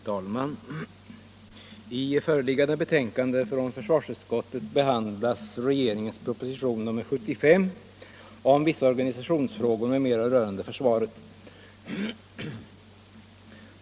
Herr talman! I föreliggande betänkande från försvarsutskottet behandlas regeringens proposition nr 75 om vissa organisationsfrågor m.m. rörande försvaret.